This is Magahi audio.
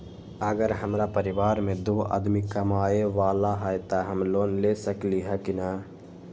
अगर हमरा परिवार में दो आदमी कमाये वाला है त हम लोन ले सकेली की न?